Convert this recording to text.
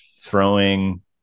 throwing